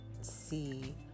see